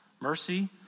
mercy